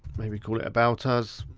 maybe call it about us.